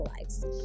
lives